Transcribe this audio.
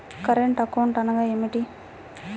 Current account అనగా ఏమిటి?